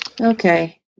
Okay